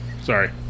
Sorry